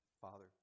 Father